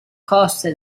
costa